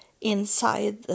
inside